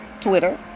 Twitter